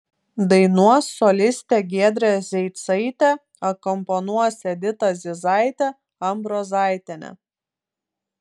dainuos solistė giedrė zeicaitė akompanuos edita zizaitė ambrozaitienė